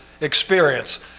experience